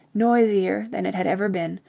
noisier than it had ever been,